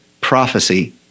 prophecy